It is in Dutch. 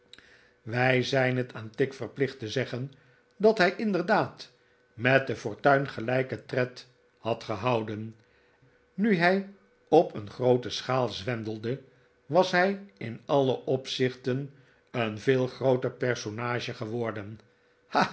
wij zijn het aan tigg verplicht te zeggen dat hij inderdaad met de fortuin gelijken tred had gehouden nu hij op een groote schaal zwendelde was hij in alle opzichten een veel grooter personage geworden